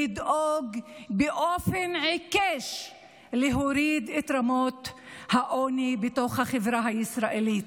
היא לדאוג באופן עיקש להוריד את רמות העוני בתוך החברה הישראלית.